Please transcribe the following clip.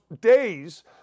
days